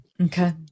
Okay